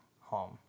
home